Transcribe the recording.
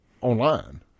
online